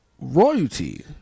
royalty